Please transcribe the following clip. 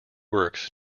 works